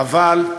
חבל.